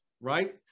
right